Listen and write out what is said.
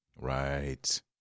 Right